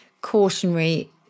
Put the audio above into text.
cautionary